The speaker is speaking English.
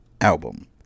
album